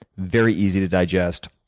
very easy to digest.